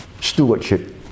Stewardship